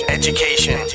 education